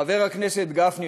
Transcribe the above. חבר הכנסת גפני,